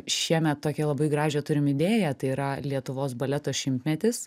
šiemet tokią labai gražią turim idėją tai yra lietuvos baleto šimtmetis